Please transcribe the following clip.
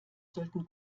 sollten